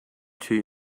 two